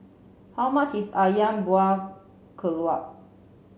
how much is Ayam Buah Keluak